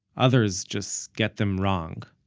others just get them wrong.